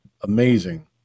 amazing